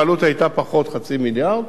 והעלות היתה פחות חצי מיליארד.